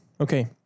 Okay